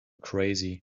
crazy